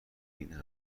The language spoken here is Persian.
این